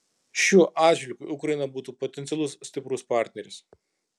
šiuo atžvilgiu ukraina būtų potencialus stiprus partneris